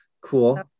cool